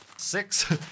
Six